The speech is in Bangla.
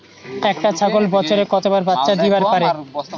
একটা ছাগল বছরে কতবার বাচ্চা দিবার পারে?